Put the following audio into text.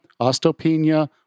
osteopenia